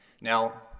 Now